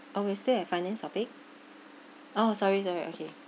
oh we still in finance topic oh sorry sorry okay